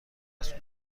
است